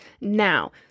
now